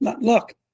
Look